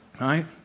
right